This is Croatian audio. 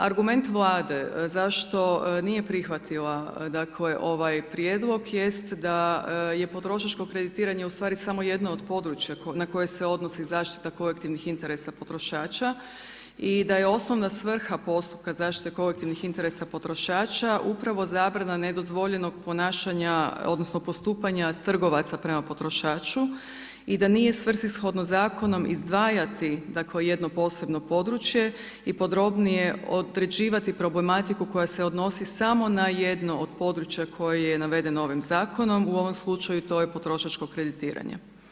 Argument Vlade zašto nije prihvatila dakle ovaj prijedlog jest da je potrošačko kreditiranje ustvari samo jedno od područja na koje se odnosi zaštita kolektivnih interesa potrošača i da je osnovna svrha postupka zaštite kolektivnih interesa potrošača upravo zabrana nedozvoljenog ponašanja odnosno postupanja trgovaca prema potrošaču i da nije svrsishodno zakonom izdvajati dakle jedno posebno područje i podrobnije određivati problematiku koja se odnosi samo na jedno od područja koje je navedeno ovim zakonom, u ovom slučaju to je potrošačko kreditiranje.